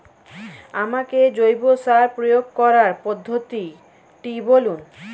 আমাকে জৈব সার প্রয়োগ করার পদ্ধতিটি বলুন?